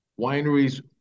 wineries